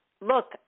look